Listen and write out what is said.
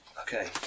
Okay